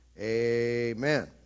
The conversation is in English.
Amen